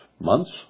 months